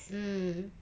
mm